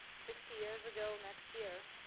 sixty years ago next year,